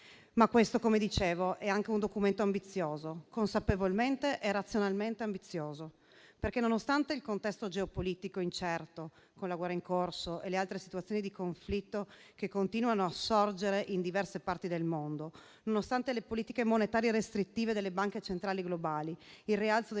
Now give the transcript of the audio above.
però, come dicevo, è anche un documento ambizioso, consapevolmente e razionalmente ambizioso, perché, nonostante il contesto geopolitico incerto, con la guerra in corso e le altre situazioni di conflitto che continuano a sorgere in diverse parti del mondo, le politiche monetarie restrittive delle banche centrali globali, il rialzo dei